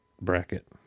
bracket